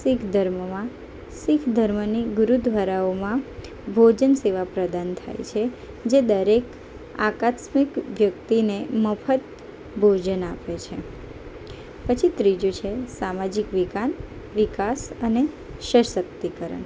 શીખ ધર્મમાં શીખ ધર્મની ગુરુદ્વારાઓમાં ભોજન સેવા પ્રદાન થાય છે જે દરેક આકસ્મિક વ્યક્તિને મફત ભોજન આપે છે પછી ત્રીજું છે સામાજિક વિકાન વિકાસ અને સશક્તિકરણ